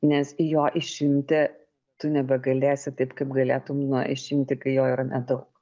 nes jo išimti tu nebegalėsi taip kaip galėtum nu išimti kai jo yra nedaug